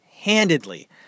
handedly